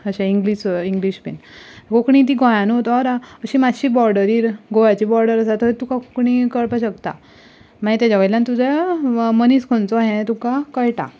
अशें English English बी कोंकणी ती गोंयांतूच ओर अशी मातशी बॉर्डरीर गोवाची बॉर्डर आसा थंय तुका कोंकणी कळपाक शकता मागीर तेच्या वयल्यान तुज्या मनीस खंयचो हें तुका कळटा